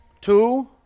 Two